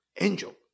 angel